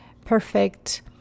perfect